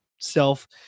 self